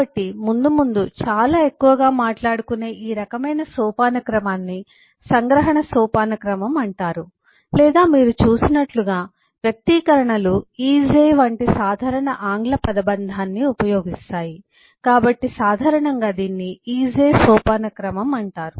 కాబట్టి ముందు ముందు చాలా ఎక్కువగా మాట్లాడుకునే ఈ రకమైన సోపానక్రమాన్ని సంగ్రహణ సోపానక్రమం అంటారు లేదా మీరు చూసినట్లుగా వ్యక్తీకరణలు ఈస్ ఏ వంటి సాధారణ ఆంగ్ల పదబంధాన్ని ఉపయోగిస్తాయి కాబట్టి సాధారణంగా దీనిని ఈస్ ఏ సోపానక్రమం అంటారు